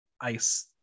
ice